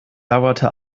dauerte